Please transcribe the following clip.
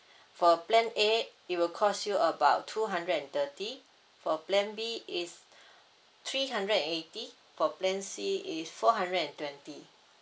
for plan A it will cost you about two hundred and thirty for plan B is three hundred and eighty for plan C is four hundred and twenty